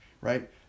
right